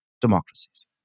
democracies